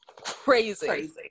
Crazy